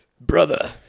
Brother